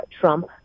Trump